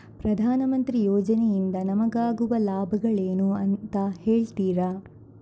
ಪ್ರಧಾನಮಂತ್ರಿ ಯೋಜನೆ ಇಂದ ನಮಗಾಗುವ ಲಾಭಗಳೇನು ಅಂತ ಹೇಳ್ತೀರಾ?